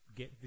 get